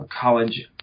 college